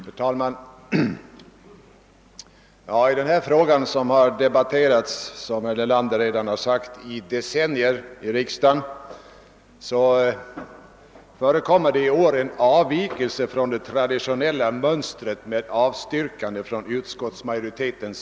Herr talman! I denna fråga, som har debatterats — som herr Nelander redan har nämnt — i decennier i riksdagen, förekommer i år en avvikelse från det traditionella mönstret med avstyrkande från utskottsmajoriteten.